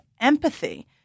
empathy